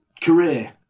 career